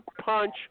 punch